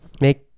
make